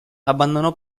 abbandonò